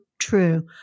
true